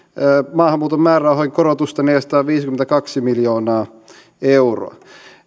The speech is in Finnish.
maahanmuuton määrärahoihin korotusta neljäsataaviisikymmentäkaksi miljoonaa euroa